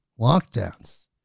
lockdowns